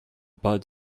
bud